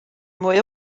mwy